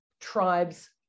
tribes